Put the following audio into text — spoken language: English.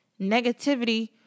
Negativity